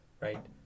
right